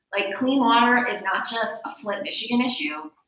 like clean water um is not just a flint, michigan issue.